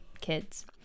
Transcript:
kids